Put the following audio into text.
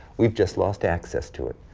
we've just lost access to it.